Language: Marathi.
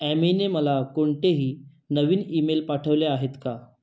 ॲमीने मला कोणतेही नवीन ईमेल पाठवले आहेत का